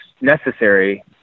necessary